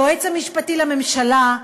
היועץ המשפטי לממשלה,